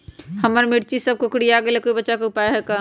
हमर मिर्ची सब कोकररिया गेल कोई बचाव के उपाय है का?